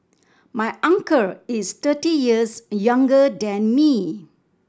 my uncle is thirty years younger than me